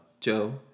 Joe